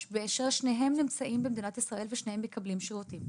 כאשר שניהם נמצאים במדינת ישראל ושניהם מקבלים שירותים?